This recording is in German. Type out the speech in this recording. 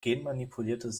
genmanipuliertes